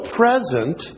present